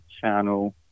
channel